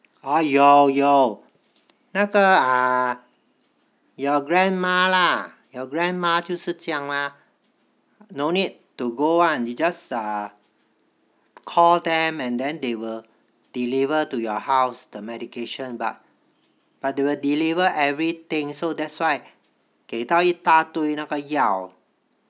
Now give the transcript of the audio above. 哦有有那个啊 your grandma lah your grandma 就是这样嘛 no need to go [one] and you just uh call them and then they will deliver to your house the medication but they will deliver everything so that's why 给到一大堆那个药